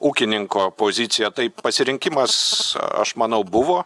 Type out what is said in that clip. ūkininko pozicija tai pasirinkimas aš manau buvo